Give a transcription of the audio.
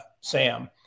Sam